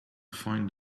find